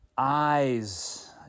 eyes